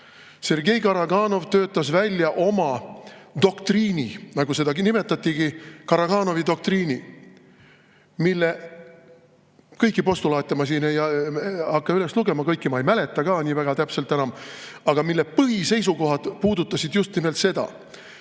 Sergei Karaganov töötas välja oma doktriini. Nii seda nimetatigi: Karaganovi doktriin. Selle kõiki postulaate ma siin ei hakka üles lugema – kõiki ma ei mäleta ka nii väga täpselt enam –, aga selle põhiseisukohad puudutasid just nimelt seda: